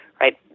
right